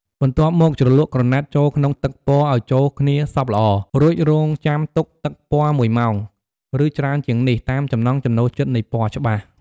បន្ទាប់មក ជ្រលក់ក្រណាត់ចូលក្នុងទឹកពណ៌ឱ្យចូលគ្នាសព្វល្អ រួចរងចាំទុកទឹកពណ៌១ម៉ោង ឬច្រើនជាងនេះ តាមចំណង់ចំណូលចិត្តនៃពណ៌ច្បាស់។